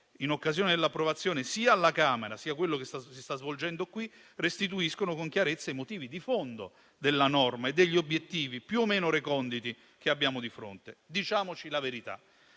in occasione dell'approvazione alla Camera, sia quello che sta si sta svolgendo qui, restituiscono con chiarezza i motivi di fondo della norma e degli obiettivi più o meno reconditi che abbiamo di fronte. Diciamoci la verità: